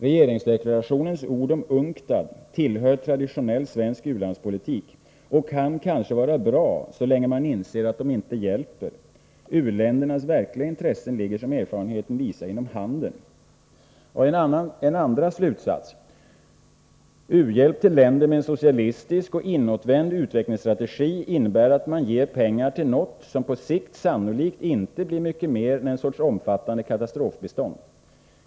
Regeringsdeklarationens ord om UNCTAD tillhör traditionell svensk u-landspolitik och kan kanske vara bra så länge man inser att de inte hjälper. U-ländernas verkliga intressen ligger, som erfarenheten visar, inom handeln. För det andra: U-hjälp till länder med en socialistisk och inåtvänd utvecklingsstrategi innebär att man ger pengar till något som på sikt sannolikt inte blir mycket mer än en sorts omfattande katastrofbistånd.